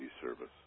service